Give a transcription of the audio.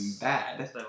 bad